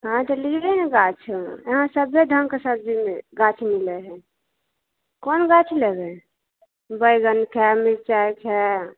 हॅं तऽ लिये ने गाछ इहाँ सगरे रङ्ग के सब्जी गाछ मिलै हइ कोन गाछ लेबै बैगन छै मिरचाई छै